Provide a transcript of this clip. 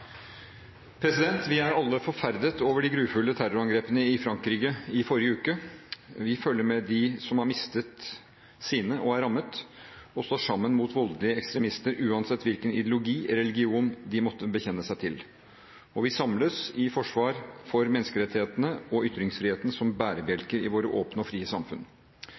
Vi er alle forferdet over de grufulle terrorangrepene i Frankrike i forrige uke. Vi føler med dem som har mistet sine og er rammet, og står sammen mot voldelige ekstremister uansett hvilken ideologi eller religion de måtte bekjenne seg til. Vi samles i forsvar for menneskerettighetene og ytringsfriheten som bærebjelke i våre åpne og frie samfunn.